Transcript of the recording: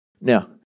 Now